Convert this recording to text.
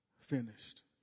finished